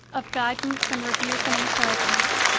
of guidance and rebuke and encouragement,